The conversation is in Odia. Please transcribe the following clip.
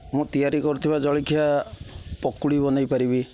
ମୁଁ ତିଆରି କରୁଥିବା ଜଳଖିଆ ପକୁଡ଼ି ବନେଇପାରିବି